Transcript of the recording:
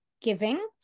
giving